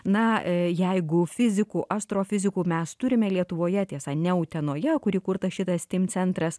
na jeigu fizikų astrofizikų mes turime lietuvoje tiesa ne utenoje kur įkurtas šitas steam centras